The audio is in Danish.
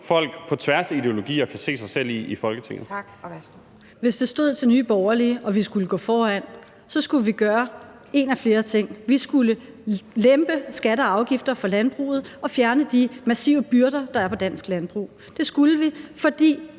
Tak. Og værsgo. Kl. 17:27 Pernille Vermund (NB): Hvis det stod til Nye Borgerlige og vi skulle gå foran, så skulle vi gøre en af flere ting: Vi skulle lempe skatter og afgifter for landbruget og fjerne de massive byrder, der er på dansk landbrug. Det skulle vi, fordi